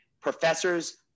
professors